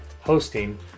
hosting